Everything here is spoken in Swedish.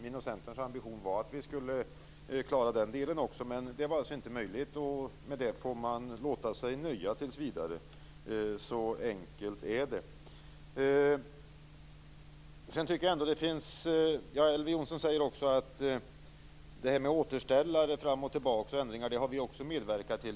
Min och Centerns ambition var att vi skulle klara den delen också, men det var alltså inte möjligt, och med det får man låta sig nöja tills vidare. Så enkelt är det. Elver Jonsson säger också att vi har medverkat till återställare och ändringar fram och tillbaka.